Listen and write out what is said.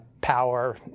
power